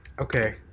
Okay